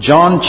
John